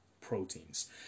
proteins